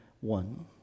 one